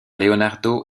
leonardo